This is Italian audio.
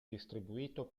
distribuito